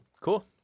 Cool